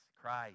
Christ